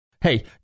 Hey